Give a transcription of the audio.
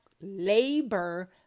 labor